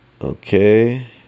Okay